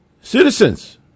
citizens